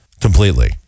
completely